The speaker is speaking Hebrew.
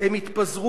דרך נמל התעופה